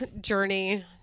journey